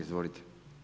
Izvolite.